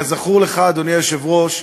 כזכור לך, אדוני היושב-ראש,